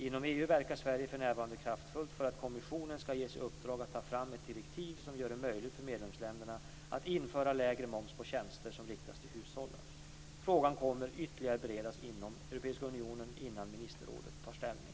Inom EU verkar Sverige för närvarande kraftfullt för att kommissionen skall ges i uppdrag att ta fram ett direktiv som gör det möjligt för medlemsländerna att införa lägre moms på tjänster som riktas till hushållen. Frågan kommer att beredas ytterligare inom Europeiska unionen innan ministerrådet tar ställning.